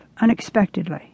unexpectedly